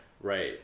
Right